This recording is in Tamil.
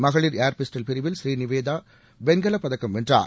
மகளிர் ஏர் பிஸ்டல் பிரிவில் ஸ்ரீநிவேதா வெண்கலப் பதக்கம் வென்றார்